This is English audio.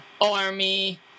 army